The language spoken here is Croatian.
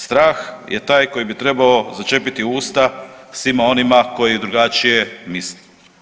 Strah je taj koji bi trebao začepiti usta svima onima koji drugačije misle.